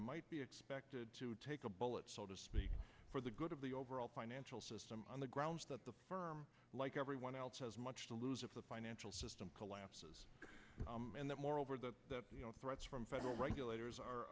might be expected to take a bullet so to speak for the good of the overall financial system on the grounds that the firm like everyone else has much to lose if the financial system collapses and that moreover the threats from federal regulators are